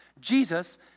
Jesus